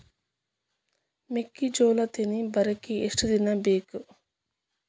ಮೆಕ್ಕೆಜೋಳಾ ತೆನಿ ಬರಾಕ್ ಎಷ್ಟ ದಿನ ಬೇಕ್?